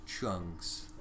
chunks